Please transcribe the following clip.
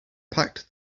packed